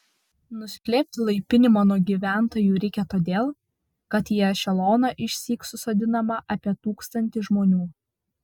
nuslėpti laipinimą nuo gyventojų reikia todėl kad į ešeloną išsyk susodinama apie tūkstantį žmonių